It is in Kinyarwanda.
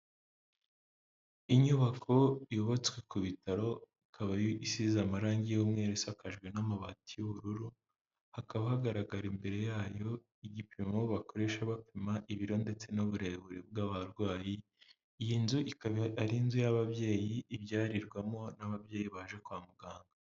Inyubako yubatswe ku bitaro ikaba isize amarangi y'umweru isakajwe n'amabati y'ubururu, hakaba hagaragarara imbere yayo igipimo bakoresha bapima ibiro ndetse n'uburebure bw'abarwayi, iyi nzu ikaba ari inzu y'ababyeyi ibyarirwamo n'ababyeyi baje kwa muganga.